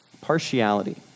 partiality